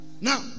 now